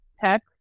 tech